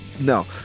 No